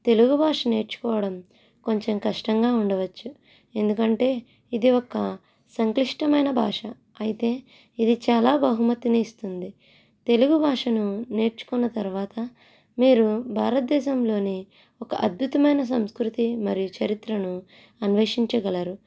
తెలుగు భాష నేర్చుకోవడం కొంచెం కష్టంగా ఉండవచ్చు ఎందుకంటే ఇది ఒక సంక్లిష్టమైన భాష అయితే ఇది చాలా బహుమతిని ఇస్తుంది తెలుగు భాషను నేర్చుకున్న తర్వాత మీరు భారతదేశంలోని ఒక అద్భుతమైన సంస్కృతి మరియు చరిత్రను అన్వేషించగలరు